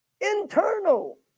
internal